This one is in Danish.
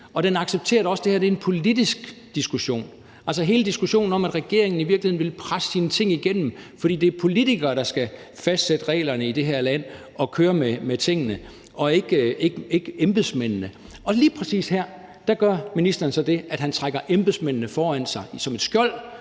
også en accept af, at det her er en politisk diskussion. Der er hele diskussionen om, at regeringen i virkeligheden vil presse sine ting igennem, fordi det er politikere, der skal fastsætte reglerne i det her land og køre med tingene, og ikke embedsmændene, og lige præcis her gør ministeren så det, at han skubber embedsmændene foran sig som et skjold